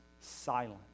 silent